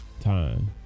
time